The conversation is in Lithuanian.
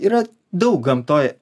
yra daug gamtoj